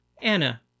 Anna